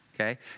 okay